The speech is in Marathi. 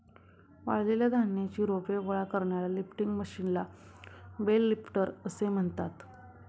वाळलेल्या धान्याची रोपे गोळा करणाऱ्या लिफ्टिंग मशीनला बेल लिफ्टर असे म्हणतात